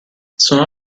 sono